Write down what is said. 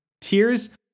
Tears